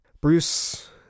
Bruce